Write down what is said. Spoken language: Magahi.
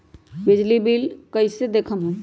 दियल बिजली बिल कइसे देखम हम?